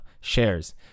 shares